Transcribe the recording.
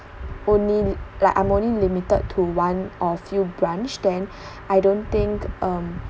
only like I'm only limited to one or few branch then I don't think um